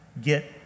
get